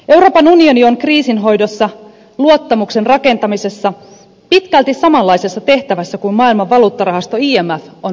euroopan unioni on kriisinhoidossa luottamuksen rakentamisessa pitkälti samanlaisessa tehtävässä kuin maailman valuuttarahasto imf on vuosia ollut